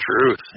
truth